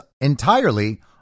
entirely